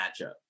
matchup